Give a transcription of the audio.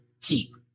keep